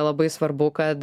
labai svarbu kad